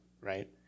right